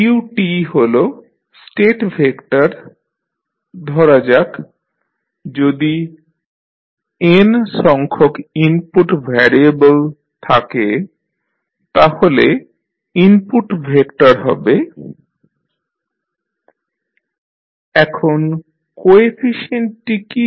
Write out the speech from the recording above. xtx1 x2 xn u হল state vector ধরা যাক যদি n সংখ্যক ইনপুট ভ্যারিয়েবল থাকে তাহলে ইনপুট ভেক্টর হবে utu1 u2 up এখন কোএফিশিয়েন্টটি কি